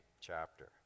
chapter